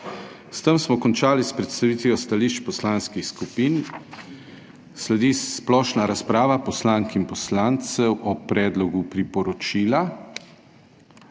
S tem smo končali s predstavitvijo stališč poslanskih skupin. Sledi splošna razprava poslank in poslancev o predlogu priporočila.